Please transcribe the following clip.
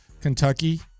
Kentucky